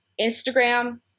Instagram